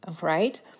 right